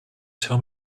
tell